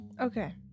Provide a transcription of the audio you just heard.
Okay